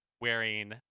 wearing